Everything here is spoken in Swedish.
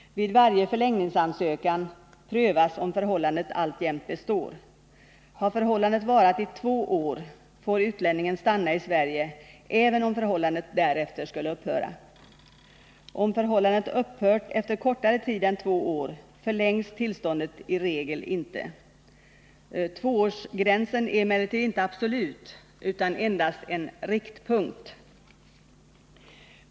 Vid varje förlängningsansökan prövas om förhållandet alltjämt består. Har förhållandet varat i två år får utlänningen stanna i Sverige även om förhållandet därefter skulle Nr 48 upphöra. Om förhållandet upphört efter kortare tid än två år förlängs tillståndet i regel inte. Tvåårsgränsen är emellertid inte absolut utan endast en riktpunkt.